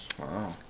Wow